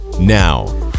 Now